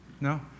No